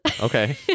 Okay